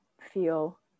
feel